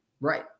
right